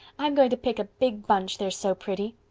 i'm going to pick a big bunch, they're so pretty.